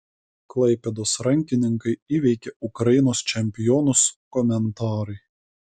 klaipėdos rankininkai įveikė ukrainos čempionus komentarai